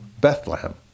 Bethlehem